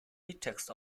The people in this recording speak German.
liedtext